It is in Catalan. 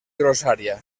grossària